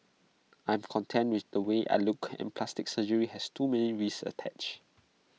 I am content with the way I look and plastic surgery has too many risks attached